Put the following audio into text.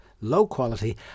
low-quality